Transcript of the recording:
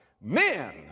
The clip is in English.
Men